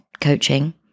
coaching